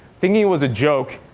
thinking it was a joke,